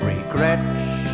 Regrets